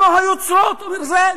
קמה צעקה גדולה.